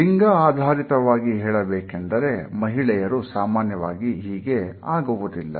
ಲಿಂಗ ಆಧಾರಿತವಾಗಿ ಹೇಳಬೇಕೆಂದರೆ ಮಹಿಳೆಯರು ಸಾಮಾನ್ಯವಾಗಿ ಹೀಗೆ ಆಗುವುದಿಲ್ಲ